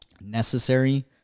necessary